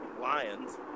Lions